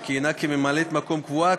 שכיהנה כממלאת מקום קבועה,